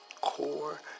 Core